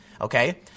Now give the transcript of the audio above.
Okay